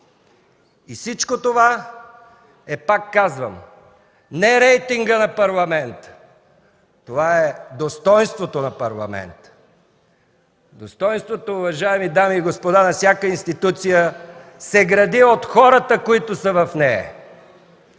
И всичко това е, пак казвам, не рейтингът на Парламента – това е достойнството на Парламента! Достойнството, уважаеми дами и господа, на всяка институция се гради от хората, които са в нея!